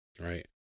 Right